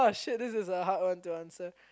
shit this is a hard one to answer